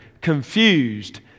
confused